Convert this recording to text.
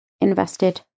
invested